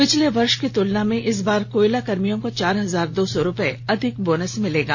पिछले वर्ष की तुलना में इस बार कोयला कर्मियों को चार हजार दो सौ रुपये अधिक बोनस मिलेगा